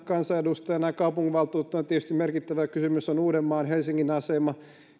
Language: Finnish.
kansanedustajana ja kaupunginvaltuutettuna tietysti merkittävä kysymys on uudenmaan helsingin asema